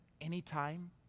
anytime